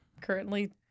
currently